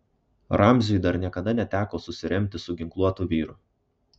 ramziui dar niekada neteko susiremti su ginkluotu vyru